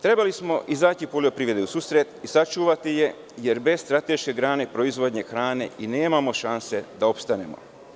Trebali smo izaći poljoprivredi u susret i sačuvati je, jer bez strateške grane proizvodnje hrane nemamo šanse da opstanemo.